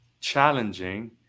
challenging